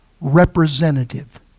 representative